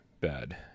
bad